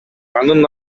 анын